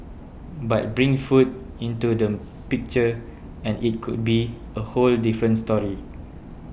but bring food into the picture and it could be a whole different story